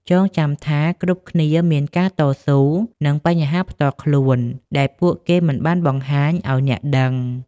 ចងចាំថាគ្រប់គ្នាមានការតស៊ូ និងបញ្ហាផ្ទាល់ខ្លួន ដែលពួកគេមិនបានបង្ហាញឲ្យអ្នកដឹង។